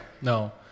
no